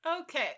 Okay